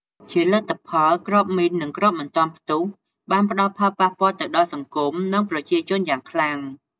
ជាលទ្ធផល គ្រាប់មីន និងគ្រាប់មិនទាន់ផ្ទុះ បានផ្តល់ផលប៉ះពាល់ទៅដល់ សង្គម និងប្រជាជនយ៉ាងខ្លាំង។